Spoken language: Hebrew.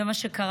זה מה שקרה.